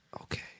Okay